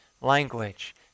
language